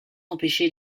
empêcher